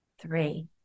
three